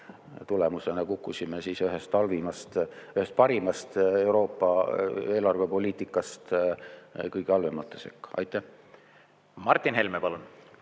Tulemusena kukkusime ühest parimast Euroopa eelarvepoliitikast kõige halvemate sekka. Martin Helme, palun!